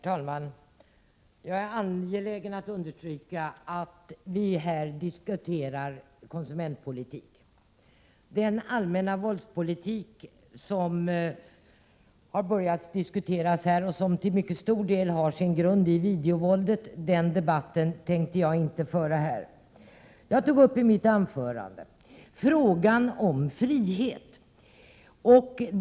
Herr talman! Jag är angelägen att understryka att vi här diskuterar konsumentpolitik. Den allmänna våldspolitik som har börjat diskuteras här, och som till mycket stor del har sin grund i videovåldet, tänkte jag inte beröra i den här debatten. I mitt anförande tog jag upp frågan om frihet.